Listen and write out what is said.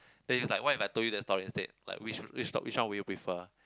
then he just like what if I told you that story instead like which which sto~ which one would you prefer